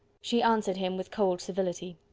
she answered him with cold civility.